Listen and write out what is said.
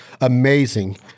amazing